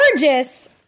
Gorgeous